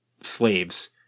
slaves